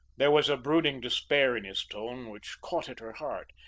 there was a brooding despair in his tone which caught at her heart,